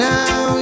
Now